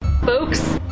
Folks